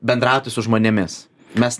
bendrauti su žmonėmis mes nelaukiame kažkokio etapo